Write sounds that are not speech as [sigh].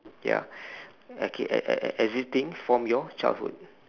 ya [breath] okay e~ e~ existing from your childhood